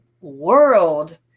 world